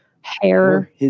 hair